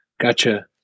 Gotcha